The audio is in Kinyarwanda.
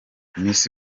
miss